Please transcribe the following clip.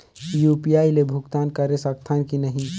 UPI ले भुगतान करे सकथन कि नहीं?